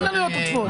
אין עלויות עודפות.